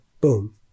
boom